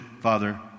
Father